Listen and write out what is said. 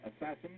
assassin